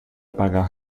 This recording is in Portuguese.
pagar